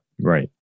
right